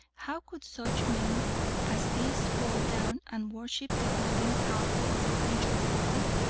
how could such men as these fall down and worship the golden calf of the french republic?